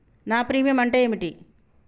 నా ప్రీమియం అంటే ఏమిటి?